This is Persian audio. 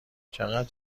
چقدر